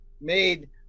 made